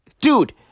dude